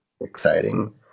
exciting